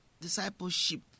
discipleship